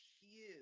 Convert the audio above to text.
huge